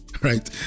Right